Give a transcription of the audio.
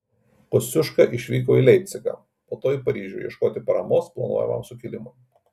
kosciuška išvyko į leipcigą po to į paryžių ieškoti paramos planuojamam sukilimui